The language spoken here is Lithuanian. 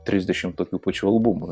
trisdešimt tokių pačių albumų